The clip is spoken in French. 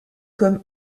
comme